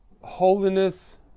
holiness